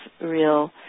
real